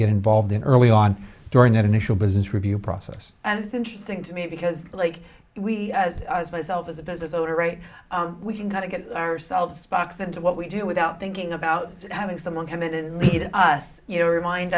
get involved in early on during that initial business review process and it's interesting to me because like we as a business owner right we kind of get ourselves box into what we do without thinking about having someone come in and lead us you know remind